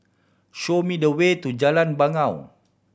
show me the way to Jalan Bangau